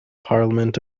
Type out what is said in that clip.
parliament